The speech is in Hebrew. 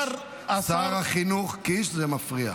שר החינוך קיש, זה מפריע.